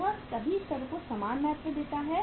यह सभी स्तरों पर समान महत्व देता है